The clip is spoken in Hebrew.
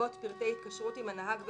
לרבות פרטי התקשרות עם הנהג והמלווה,